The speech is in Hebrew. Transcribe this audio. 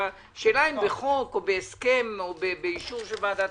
השאלה אם בחוק או בהסכם או באישור של ועדת